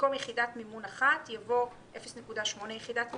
במקום "יחידת מימון אחת" יבוא "0.8 יחידת מימון".